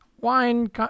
wine